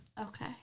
okay